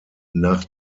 nach